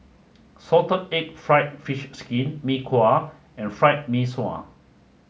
salted egg fried fish skin Mee Kuah and fried Mee Sua